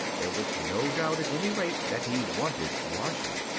there was no doubt at any rate that he wanted washing.